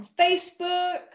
Facebook